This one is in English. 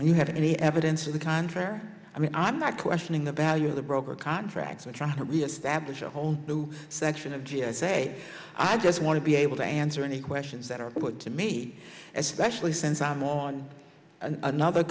when you have any evidence to the contrary i mean i'm not questioning the value of the broker contracts we're trying to reestablish a whole new section of g s a i just want to be able to answer any questions that are put to me especially since i'm on another